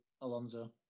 Alonso